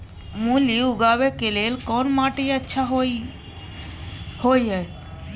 मूली उगाबै के लेल कोन माटी अच्छा होय है?